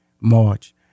March